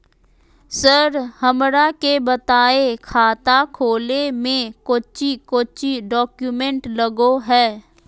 Sir हमरा के बताएं खाता खोले में कोच्चि कोच्चि डॉक्यूमेंट लगो है?